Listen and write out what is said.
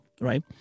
right